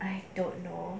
I don't know